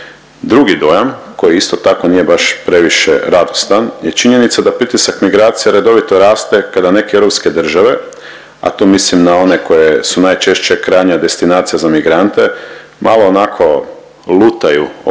Drugi dojam koji isto tako nije baš previše radostan je činjenica da pritisak migracija redovito raste kada neke europske države, a tu mislim na one koje su najčešće krajnja destinacija za migrante, malo onako lutaju oko